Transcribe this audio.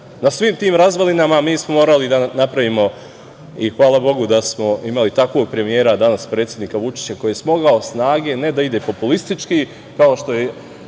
Na svim tim razvalinama mi smo morali da napravimo, i hvala bogu da smo imali takvog premijera, danas predsednika Vučića, koji je smogao snage, ne da ide populistički, kao što je